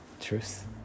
truth